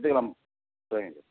எடுத்துக்கலாம் சரிங்க சார்